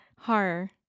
Horror